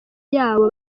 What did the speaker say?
yabo